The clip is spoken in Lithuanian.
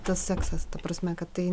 tas seksas ta prasme kad tai